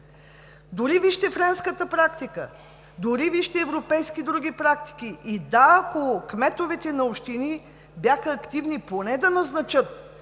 Дори вижте френската практика, дори вижте европейски и други практики. И да, ако кметовете на общини бяха активни поне да назначат